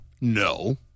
No